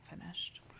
finished